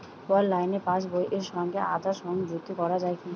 অনলাইনে পাশ বইয়ের সঙ্গে আধার সংযুক্তি করা যায় কি?